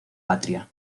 patria